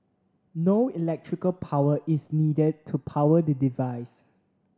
no electrical power is needed to power the device